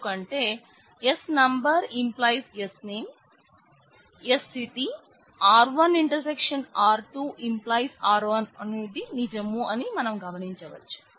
ఎందుకంటే S → Sname S city R1 R2 → R1 అనేది నిజం అని మనం గమనించవచ్చు